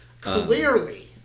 Clearly